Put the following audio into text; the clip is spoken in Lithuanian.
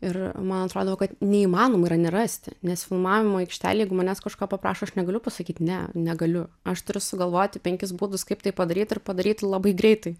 ir man atrodavo kad neįmanoma yra nerasti nes filmavimo aikštelėj jeigu manęs kažko paprašo aš negaliu pasakyt ne negaliu aš turiu sugalvoti penkis būdus kaip tai padaryt ir padaryt labai greitai